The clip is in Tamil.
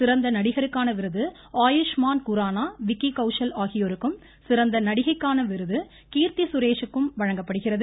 சிறந்த நடிகருக்கான விருது ஆயுஷ்மான் குராணா விக்கி கௌஷல் ஆகியோருக்கும் சிறந்த நடிக்கைக்கான விருது கீர்த்தி சுரேஷிற்கும் வழங்கப்படுகிறது